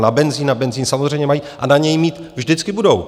Na benzin samozřejmě mají a na něj mít vždycky budou.